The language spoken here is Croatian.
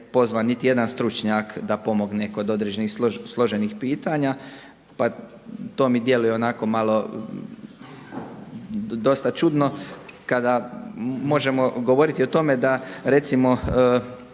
pozvan niti jedan stručnjak da pomogne kod određenih služenih pitanja, pa to mi djeluje onako malo dosta čudno kada možemo govoriti o tome da recimo